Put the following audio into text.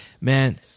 man